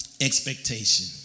expectation